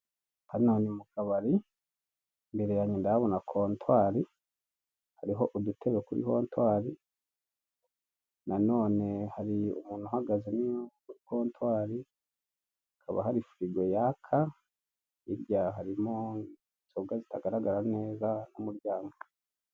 Hano ni mu kabari imbere yange ndahabona kontwari hariho udutebe kuri kontwari na none hari umuntu uhagaze muri kontwari, hakaba hari firigo yaka, hirya harimo inzoga zitagaragara neza n'umuryango.